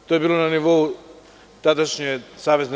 To je bilo na nivou tadašnje SRJ.